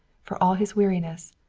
for all his weariness,